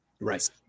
Right